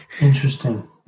Interesting